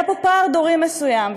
היה פה פער דורי מסוים,